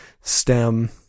stem